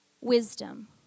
wisdom